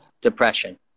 depression